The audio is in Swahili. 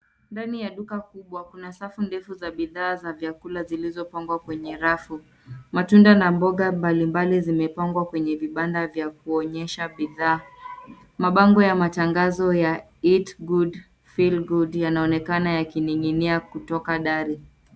Ndani ya duka kubwa, kuna safu ndefu za bidhaa za vyakula zilizopangwa kwenye rafu. Matunda na mboga mbalimbali zimepangwa kwenye vibanda vya kuonyesha bidhaa. Mabango ya matangazo ya eat good feel good yanaonekana yakining'inia kutoka dari.